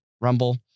rumble